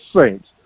Saints